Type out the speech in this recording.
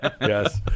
yes